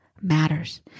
matters